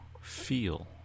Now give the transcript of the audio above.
feel